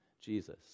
Jesus